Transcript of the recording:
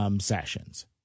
sessions